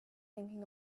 thinking